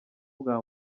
bwa